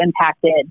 impacted